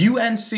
UNC